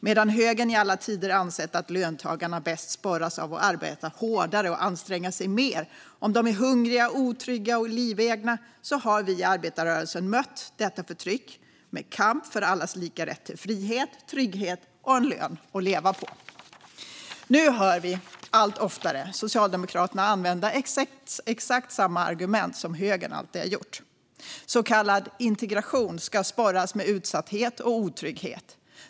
Medan högern i alla tider har ansett att löntagarna bäst sporras att arbeta hårdare och anstränga sig mer om de är hungriga, otrygga och livegna har vi i arbetarrörelsen mött detta förtryck med kamp för allas lika rätt till frihet, trygghet och en lön att leva på. Nu hör vi allt oftare Socialdemokraterna använda exakt samma argument som högern alltid har gjort. Så kallad integration ska sporras med utsatthet och otrygghet.